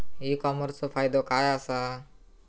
E कॉमर्सचो फायदो काय असा?